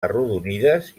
arrodonides